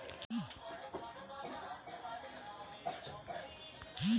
Holstein दुग्ध शाळेतील गायींची सर्वात ओळखली जाणारी जात म्हणजे होल्स्टीन होल्स्टीन फ्रिशियन